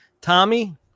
tommy